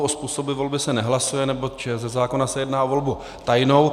O způsobu volby se nehlasuje, neboť ze zákona se jedná o volbu tajnou.